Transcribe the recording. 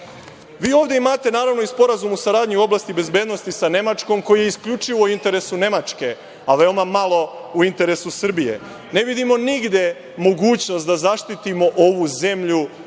ovde imate i sporazum o saradnji u oblasti bezbednosti sa Nemačkom, koji je isključivo u interesu Nemačke, a veoma malo u interesu Srbije. Ne vidimo nigde mogućnost da zaštitimo ovu zemlju od